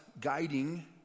guiding